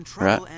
right